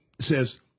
says